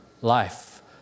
life